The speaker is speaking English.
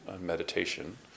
meditation